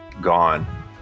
gone